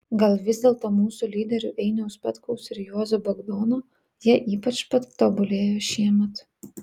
gal vis dėlto mūsų lyderių einiaus petkaus ir juozo bagdono jie ypač patobulėjo šiemet